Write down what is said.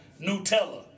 Nutella